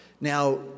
Now